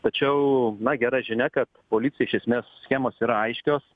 tačiau na gera žinia kad policijai iš esmės schemos yra aiškios